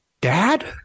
Dad